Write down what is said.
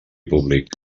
públic